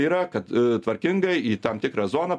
yra kad tvarkingai į tam tikrą zoną